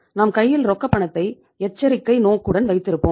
நாம் கையில் ரொக்கப் பணத்தை எச்சரிக்கை நோக்குடன் வைத்திருப்போம்